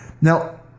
Now